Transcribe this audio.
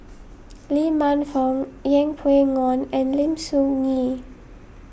Lee Man Fong Yeng Pway Ngon and Lim Soo Ngee